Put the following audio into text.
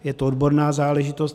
Je to odborná záležitost.